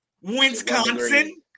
Wisconsin